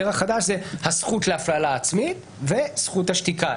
החדש הוא הזכות להפללה עצמית וזכות השתיקה.